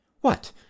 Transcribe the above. What